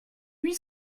huit